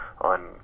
on